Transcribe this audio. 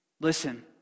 Listen